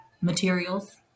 materials